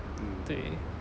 对